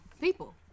people